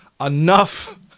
enough